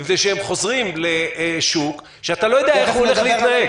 מפני שהם חוזרים לשוק שאתה לא יודע איך הוא הולך להתנהג.